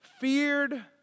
feared